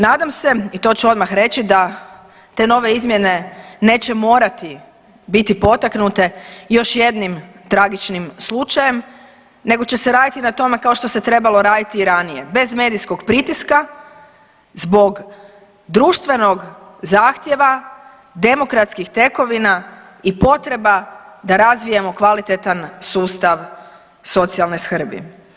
Nadam se i to ću odmah reći da te nove izmjene neće morati biti potaknute još jednim tragičnim slučajem nego će se raditi na tome kao što se trebalo raditi i ranije bez medijskog pritiska zbog društvenog zahtjeva demokratskih tekovina i potreba da razvijamo kvalitetan sustav socijalne skrbi.